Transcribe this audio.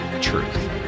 truth